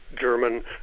German